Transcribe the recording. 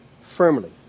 firmly